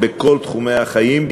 בכל תחומי החיים,